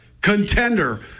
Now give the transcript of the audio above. contender